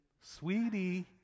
sweetie